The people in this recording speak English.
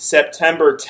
September